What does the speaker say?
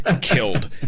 killed